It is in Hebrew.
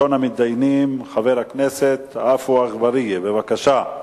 ראשון המתדיינים, חבר הכנסת עפו אגבאריה, בבקשה.